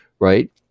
right